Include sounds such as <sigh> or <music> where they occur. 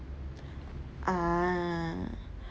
ah <breath>